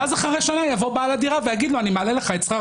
ואז אחרי שנה יבוא בעל הדירה ויגיד לו שהוא מעלה את שכר